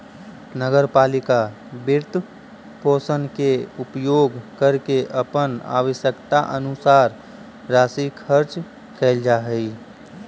नगर पालिका वित्तपोषण के उपयोग करके अपन आवश्यकतानुसार राशि खर्च कैल जा हई